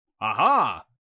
Aha